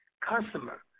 customer